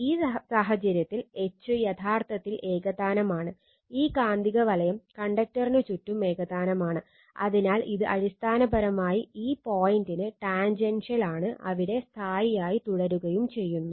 ഈ r റേഡിയസാണ് ആണ് അവിടെ സ്ഥായിയായി തുടരുകയും ചെയ്യുന്നു